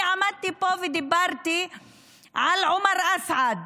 אני עמדתי פה ודיברתי על עומר אסעד,